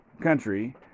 country